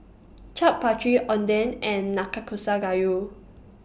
Chaat Papri Oden and Nakakusa Gayu